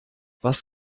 was